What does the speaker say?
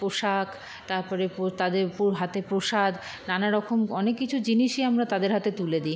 পোশাক তার পরে পো তাদের হাতে প্রসাদ নানা রকম অনেক কিছু জিনিসই আমরা তাদের হাতে তুলে দিই